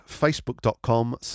facebook.com